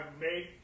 made